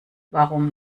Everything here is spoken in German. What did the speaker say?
warum